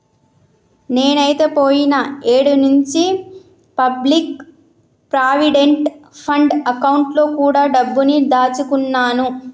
నేనైతే పోయిన ఏడు నుంచే పబ్లిక్ ప్రావిడెంట్ ఫండ్ అకౌంట్ లో కూడా డబ్బుని దాచుకున్నాను